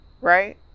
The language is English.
right